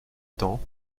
temps